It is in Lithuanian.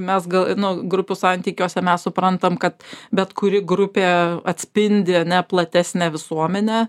mes gal nu grupių santykiuose mes suprantam kad bet kuri grupė atspindi ane platesnę visuomenę